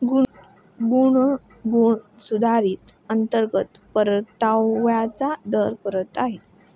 गुनगुन सुधारित अंतर्गत परताव्याचा दर करत आहे